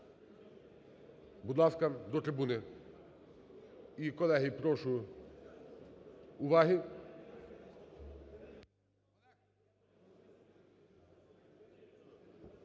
будь ласка, до трибуни. І, колеги, прошу уваги.